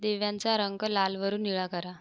दिव्यांचा रंग लाल वरून निळा करा